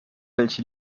welche